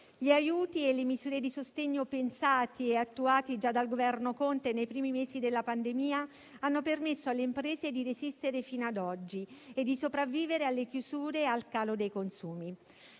Gli aiuti e le misure di sostegno pensati e attuati già dal Governo Conte nei primi mesi della pandemia hanno permesso alle imprese di resistere fino ad oggi e di sopravvivere alle chiusure e al calo dei consumi.